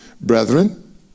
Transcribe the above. brethren